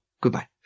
goodbye